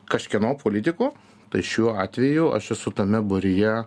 kažkieno politikų tai šiuo atveju aš esu tame būryje